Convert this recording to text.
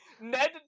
Ned